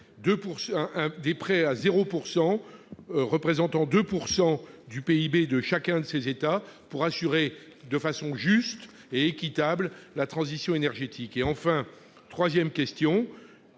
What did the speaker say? de prêts à 0 % représentant 2 % du PIB de chacun de ces États, afin d'assurer de façon juste et équitable la transition énergétique ? Enfin-troisième question